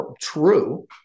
true